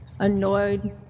annoyed